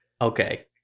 Okay